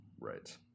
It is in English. Right